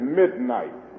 midnight